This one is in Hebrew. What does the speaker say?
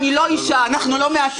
אני לא אישה, אנחנו לא מהטבע.